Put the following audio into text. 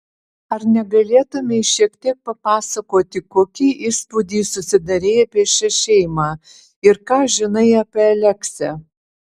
ar negalėtumei šiek tiek papasakoti kokį įspūdį susidarei apie šią šeimą ir ką žinai apie aleksę